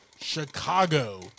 Chicago